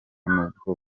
n’ubwo